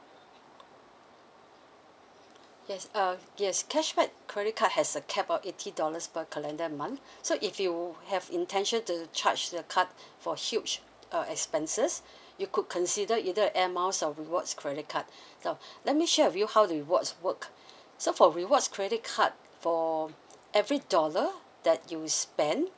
yes uh yes cashback credit card has a cap about eighty dollars per calendar month so if you have intention to charge the card for huge uh expenses you could consider either air miles or rewards credit card so let me share with you how the rewards work so for rewards credit card for every dollar that you spend